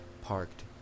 parked